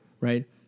right